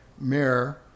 mayor